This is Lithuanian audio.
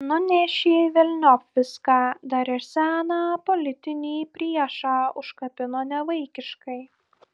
nunešė velniop viską dar ir seną politinį priešą užkabino nevaikiškai